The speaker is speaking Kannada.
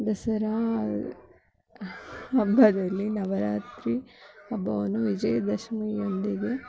ದಸರಾ ಹಬ್ಬದಲ್ಲಿ ನವರಾತ್ರಿ ಹಬ್ಬವನ್ನು ವಿಜಯದಶಮಿಯೊಂದಿಗೆ